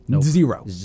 Zero